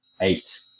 eight